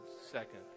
second